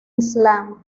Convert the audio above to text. islam